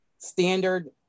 standard